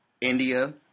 India